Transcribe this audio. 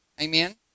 Amen